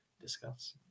discuss